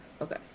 Okay